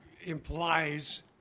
implies